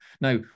Now